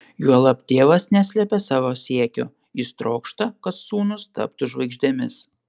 juolab tėvas neslepia savo siekio jis trokšta kad sūnūs taptų žvaigždėmis